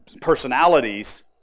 personalities